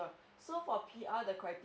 so the P_R the criteria